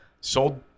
Sold